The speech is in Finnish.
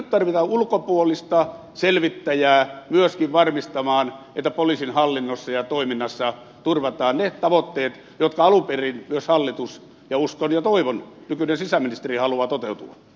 nyt tarvitaan ulkopuolista selvittäjää myöskin varmistamaan että poliisihallinnossa ja toiminnassa turvataan ne tavoitteet joiden alun perin myös hallitus ja uskon ja toivon nykyinen sisäministeri haluaa toteutuvan